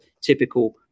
typical